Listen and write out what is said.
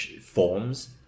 forms